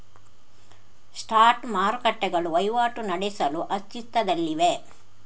spot ಮಾರುಕಟ್ಟೆಗಳು ವಹಿವಾಟು ನಡೆಸಲು ಅಸ್ತಿತ್ವದಲ್ಲಿವೆ